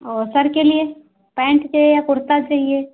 sir के लिए pant चाहिए य कुर्ता चाहिए